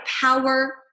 power